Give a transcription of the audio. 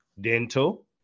dental